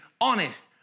honest